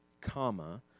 comma